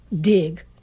dig